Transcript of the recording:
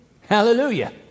Hallelujah